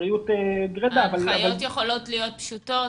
ההנחיות יכולות להיות פשוטות,